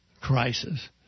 crisis